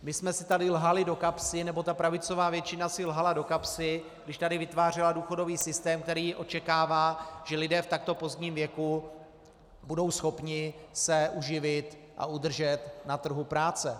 My jsme si tady lhali do kapsy, nebo ta pravicová většina si lhala do kapsy, když tady vytvářela důchodový systém, který očekává, že lidé v takto pozdním věku budou schopni se uživit a udržet na trhu práce.